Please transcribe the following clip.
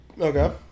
Okay